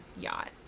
yacht